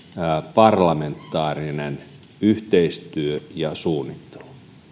parlamentaarinen yhteistyö ja suunnittelu